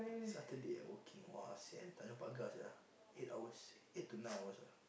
Saturday ah working !wah! sian Tanjong Pagar sia eight hours eight to nine hours ah